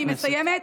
אני מסיימת,